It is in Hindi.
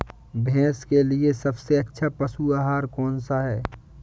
भैंस के लिए सबसे अच्छा पशु आहार कौन सा है?